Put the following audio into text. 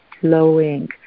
flowing